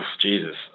Jesus